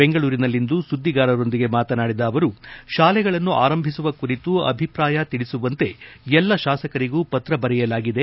ಬೆಂಗಳೂರಿನಲ್ಲಿಂದು ಸುದ್ದಿಗಾರರೊಂದಿಗೆ ಮಾತನಾಡಿದ ಅವರು ಶಾಲೆಗಳನ್ನು ಆರಂಭಿಸುವ ಕುರಿತು ಅಭಿಪ್ರಾಯ ತಿಳಿಸುವಂತೆ ಎಲ್ಲಾ ಶಾಸಕರಿಗೂ ಪತ್ರ ಬರೆಯಲಾಗಿದೆ